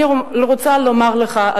ואני רוצה לומר לך,